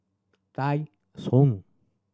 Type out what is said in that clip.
Tai Sun